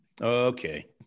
Okay